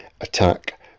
Attack